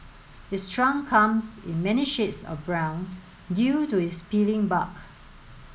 its trunk comes in many shades of brown due to its peeling bark